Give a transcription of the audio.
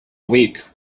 week